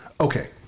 okay